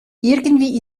irgendwie